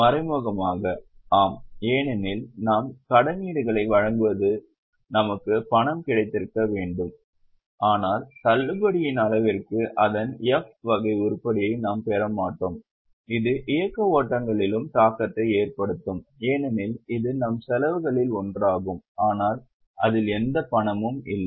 மறைமுகமாக ஆம் ஏனெனில் நாம் கடனீடுகளை வழங்கும்போது நமக்கு பணம் கிடைத்திருக்க வேண்டும் ஆனால் தள்ளுபடியின் அளவிற்கு அதன் F வகை உருப்படியை நாம் பெற மாட்டோம் இது இயக்க ஓட்டங்களிலும் தாக்கத்தை ஏற்படுத்தும் ஏனெனில் இது நம் செலவுகளில் ஒன்றாகும் ஆனால் அதில் எந்த பணமும் இல்லை